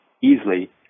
easily